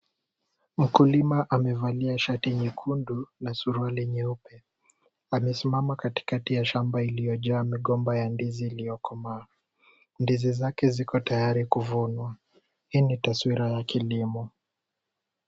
Mkulima amevalia shati nyekundu na suruali nyeupe. Amesimama katikati ya shamba iliyojaa migomba ya ndizi iliyokomaa. Ndizi zake ziko tayari kuvunwa. Hii ni taswira ya kilimo.